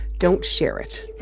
don't share it.